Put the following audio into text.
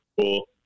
cool